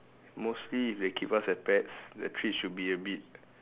mostly they keep us as pets the treat should be a bit